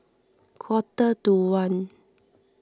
quarter to one